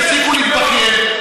תפסיקו להתבכיין,